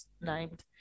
named